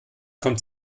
kommt